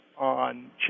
on